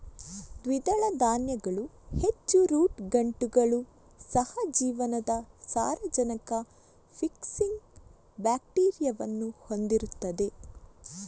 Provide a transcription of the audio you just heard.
ದ್ವಿದಳ ಧಾನ್ಯಗಳು ಹೆಚ್ಚು ರೂಟ್ ಗಂಟುಗಳು, ಸಹ ಜೀವನದ ಸಾರಜನಕ ಫಿಕ್ಸಿಂಗ್ ಬ್ಯಾಕ್ಟೀರಿಯಾವನ್ನು ಹೊಂದಿರುತ್ತವೆ